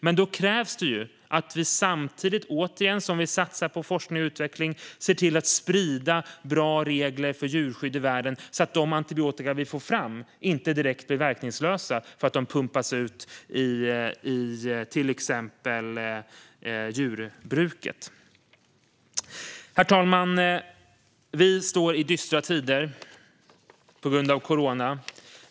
Men då krävs att vi sprider bra regler för djurskydd i världen, samtidigt som vi satsar på forskning och utveckling, så att de antibiotika vi får fram inte direkt blir verkningslösa för att de pumpas ut i exempelvis djurbruket. Herr talman! På grund av coronaviruset befinner vi oss i dystra tider.